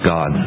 God